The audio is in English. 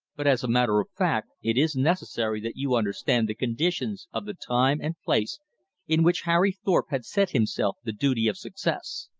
but as a matter of fact it is necessary that you understand the conditions of the time and place in which harry thorpe had set himself the duty of success.